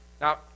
Now